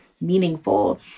meaningful